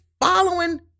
following